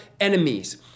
enemies